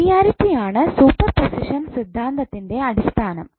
linearity ആണ് superposition സിദ്ധാന്തത്തിന്റെ അടിസ്ഥാനം